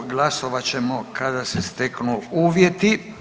Glasovat ćemo kada se steknu uvjeti.